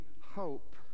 hope